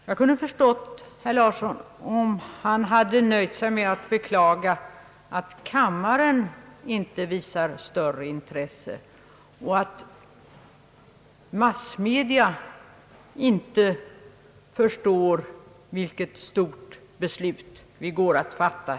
Jag skulle ha förstått herr Larsson bättre om han hade nöjt sig med att beklaga att kammaren inte visar större intresse och att massmedia inte förstår vilket stort beslut vi nu går att fatta.